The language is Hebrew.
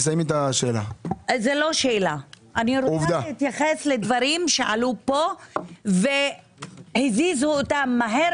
אני רוצה להתייחס לדברים שעלו פה והזיזו אותם מהר